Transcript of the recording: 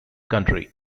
country